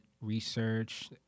research